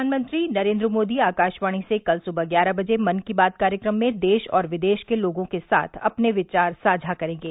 प्रधानमंत्री नरेन्द्र मोदी आकाशवाणी से कल सुबह ग्यारह बजे मन की बात कार्यक्रम में देश और विदेश के लोगों के साथ अपने विचार साझा करेंगे